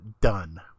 done